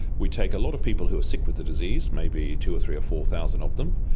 we take a lot of people who are sick with the disease, maybe two or three or four thousand of them,